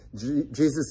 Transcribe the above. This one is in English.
Jesus